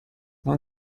non